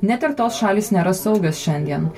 net ir tos šalys nėra saugios šiandien